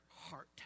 heart